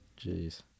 Jeez